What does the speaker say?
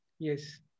Yes